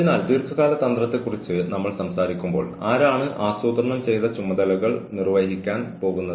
പിന്നെ human resource മാനേജർമാർ എന്ന നിലയിൽ അവർ നിങ്ങളുടെ അടുത്തേക്ക് വരാം